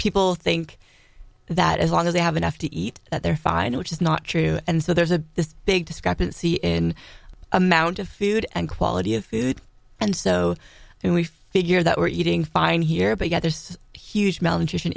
people think that as long as they have enough to eat that they're fine which is not true and so there's a this big discrepancy in amount of food and quality of food and so then we figure that we're eating fine here but yet there's huge malnutrition